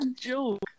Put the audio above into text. joke